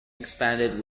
expanded